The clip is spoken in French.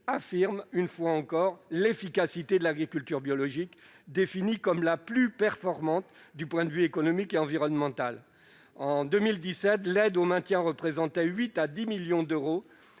affirme, je le répète, l'efficacité de l'agriculture biologique, définie comme la plus performante du double point de vue économique et environnemental. En 2017, l'aide au maintien représentait 8 à 10 millions d'euros.